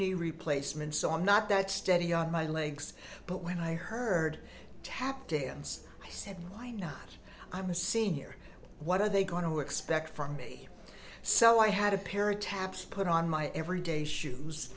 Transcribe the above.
new replacements so i'm not that steady on my legs but when i heard a tap dance i said why not i'm a senior what are they going to expect from me so i had a pair of taps put on my every day shoes